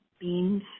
Beans